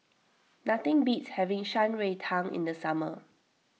nothing beats having Shan Rui Tang in the summer